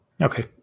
Okay